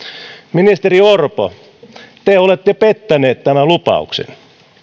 ministeri orpo te olette pettäneet tämän lupauksen